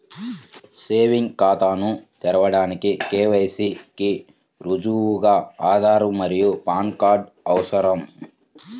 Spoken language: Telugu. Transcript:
సేవింగ్స్ ఖాతాను తెరవడానికి కే.వై.సి కి రుజువుగా ఆధార్ మరియు పాన్ కార్డ్ అవసరం